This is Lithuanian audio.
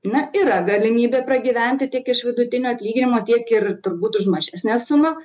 na yra galimybė pragyventi tik iš vidutinio atlyginimo tiek ir turbūt už mažesnę sumą